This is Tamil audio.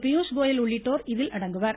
பியூஷ்கோயல் உள்ளிட்டோர் இதில் அடங்குவர்